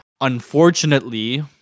Unfortunately